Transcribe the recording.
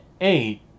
eight